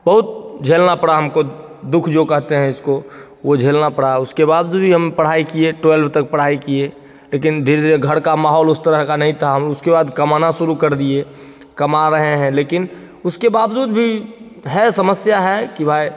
बहुत झेलना पड़ा हमको दु ख जो कहते हैं इसको वो झेलना पड़ा उसके बावजूद भी हम पढ़ाई किए ट्वेल्व तक पढ़ाई किए लेकिन धीरे धीरे घर का माहौल उस तरह का नहीं था हम उसके बाद कमाना शुरु कर दिए कमा रहें हैं लेकिन उसके बावजूद भी है समस्या है कि भाई